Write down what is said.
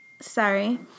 Sorry